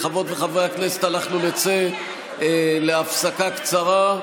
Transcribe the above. חברות וחברי הכנסת תם סדר-היום,